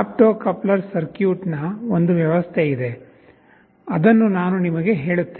opto coupler circuit ನ ಒಂದು ವ್ಯವಸ್ಥೆ ಇದೆ ಅದನ್ನು ನಾನು ನಿಮಗೆ ಹೇಳುತ್ತೇನೆ